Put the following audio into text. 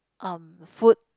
um food